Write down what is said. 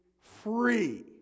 free